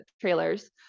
trailers